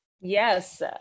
yes